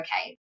okay